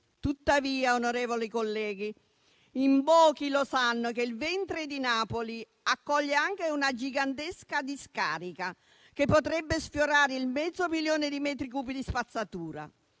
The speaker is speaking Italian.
Tuttavia, onorevoli colleghi, in pochi sanno che il ventre di Napoli accoglie anche una gigantesca discarica che potrebbe sfiorare il mezzo milione di metri cubi di spazzatura,